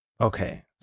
Okay